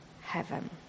heaven